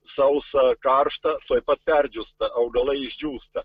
sausa karšta tuoj pat perdžiūsta augalai išdžiūsta